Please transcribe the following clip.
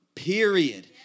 Period